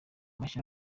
mashya